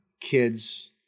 kids